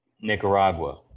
Nicaragua